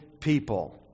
people